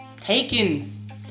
taken